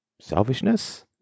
selfishness